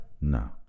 no